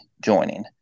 joining